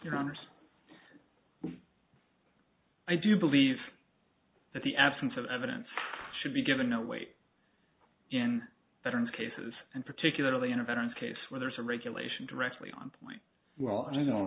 honors i do believe that the absence of evidence should be given no weight in that aren't cases and particularly in a veterans case where there's a regulation directly on point well i know